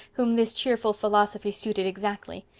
whom this cheerful philosophy suited exactly,